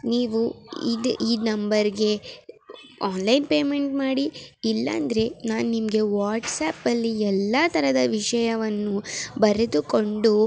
ನೀವು ಇದು ಈ ನಂಬರ್ಗೆ ಆನ್ಲೈನ್ ಪೇಮೆಂಟ್ ಮಾಡಿ ಇಲ್ಲಾಂದ್ರೆ ನಾನ್ನಿಮಗೆ ವಾಟ್ಸ್ಯಾಪಲ್ಲಿ ಎಲ್ಲಾ ಥರದ ವಿಷಯವನ್ನು ಬರೆದುಕೊಂಡು